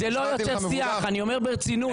אני אומר ברצינות,